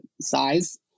size